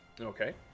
Okay